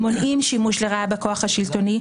מונעים שימוש לרעה בכוח שלטוני,